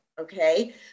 Okay